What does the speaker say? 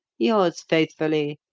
yours faithfully,